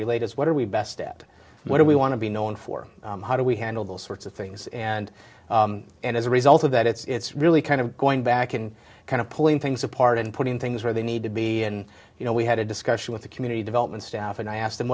relate is what are we best at what do we want to be known for how do we handle those sorts of things and and as a result of that it's really kind of going back and kind of pulling things apart and putting things where they need to be and you know we had a discussion with the community development staff and i asked them